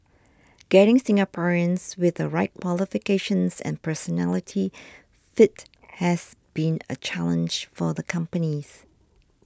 getting Singaporeans with the right qualifications and personality fit has been a challenge for the companies